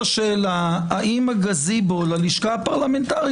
האבות הרוחניים שלך בגרמניה.